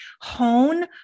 hone